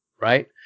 right